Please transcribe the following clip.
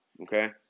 okay